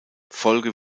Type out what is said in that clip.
folge